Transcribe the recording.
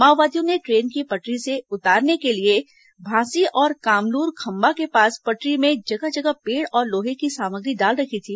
माओवादियों ने ट्रेन को पटरी से उतारने के लिए भांसी और कामलूर खंभा के पास पटरी में जगह जगह पेड़ और लोहे की सामग्री डाल रखी थी